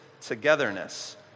togetherness